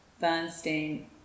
Bernstein